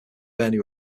bernie